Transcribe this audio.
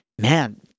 man